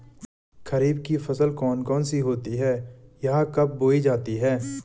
खरीफ की फसल कौन कौन सी होती हैं यह कब बोई जाती हैं?